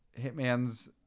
Hitman's